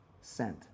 sent